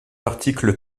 article